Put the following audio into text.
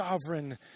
sovereign